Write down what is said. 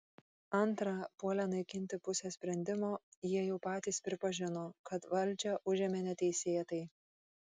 antra puolę naikinti pusę sprendimo jie jau patys pripažino kad valdžią užėmė neteisėtai